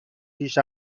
پیش